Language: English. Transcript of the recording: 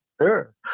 Sure